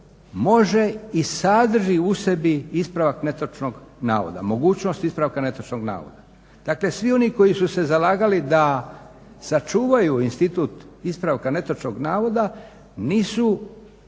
može i sadrži u sebi ispravak netočnog navoda, mogućnost ispravka netočnog navoda. Dakle, svi oni koji su se zalagali da sačuvaju institut ispravka netočnog navoda nisu